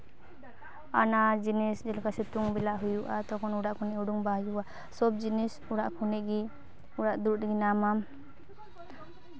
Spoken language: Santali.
ᱟᱱᱟ ᱡᱤᱱᱤᱥ ᱡᱮᱞᱮᱠᱟ ᱥᱤᱛᱩᱝ ᱵᱮᱞᱟ ᱦᱩᱭᱩᱜᱼᱟ ᱛᱚᱠᱷᱚᱱ ᱚᱲᱟᱜ ᱠᱷᱚᱱᱟᱜ ᱩᱰᱩᱠ ᱵᱟᱝ ᱦᱩᱭᱩᱜᱼᱟ ᱥᱚᱵ ᱡᱤᱱᱤᱥ ᱚᱲᱟᱜ ᱠᱷᱚᱱᱟᱜ ᱜᱮ ᱚᱲᱟᱜ ᱫᱩᱲᱩᱵ ᱨᱮᱜᱮ ᱧᱟᱢᱟᱢ